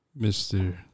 Mr